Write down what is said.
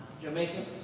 Jamaica